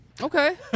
Okay